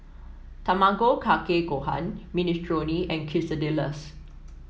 Tamago Kake Gohan Minestrone and Quesadillas